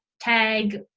tag